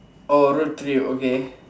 oh road trip okay